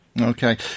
Okay